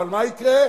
אבל מה יקרה?